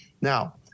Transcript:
now